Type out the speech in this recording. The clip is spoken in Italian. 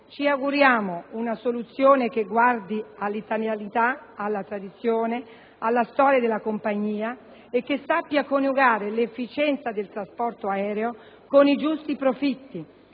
ci auguriamo una soluzione che guardi all'italianità, alla tradizione ed alla storia della compagnia e che sappia coniugare l'efficienza del trasporto aereo con i giusti profitti,